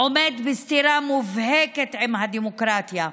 עומד בסתירה מובהקת לדמוקרטיה.